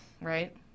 right